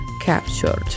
captured